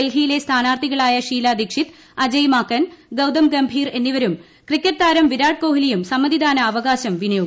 ഡൽഹിയിലെ സ്ഥാനാർത്ഥികളായ ഷീലാ ദീക്ഷിത് അജയ് മാക്കൻ ഗൌതം ഗംഭീർ എന്നിവരും ക്രിക്കറ്റ് താരം വിരാട് കൊഹ്ലിയും സമ്മതിദാനാവകാശം വിനിയോഗിച്ചു